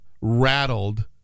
rattled